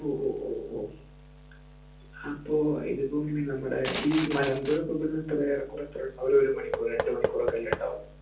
ഓ ഓ ഓ ഓ അപ്പോൾ ഇതിപ്പോൾ എങ്ങനെയാണ് നമ്മുടെ ഈ മലമ്പുഴ പോകുമ്പോൾ ഇവിടുന്ന് എത്ര ഏറെക്കുറെ എത്ര ഒരു മണിക്കൂറോ രണ്ട് മണിക്കൂറോക്കേല്ലേ ഉണ്ടാവുള്ളൂ